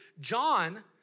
John